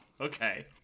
okay